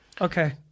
Okay